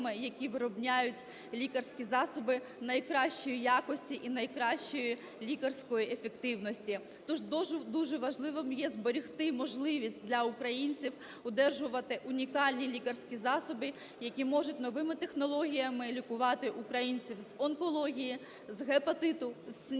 які виробляють лікарські засоби найкращої якості і найкращої лікарської ефективності. Тож дуже важливим є зберегти можливість для українців одержувати унікальні лікарські засоби, які можуть новими технологіями лікувати українців з онкології, з гепатиту, з СНІДу,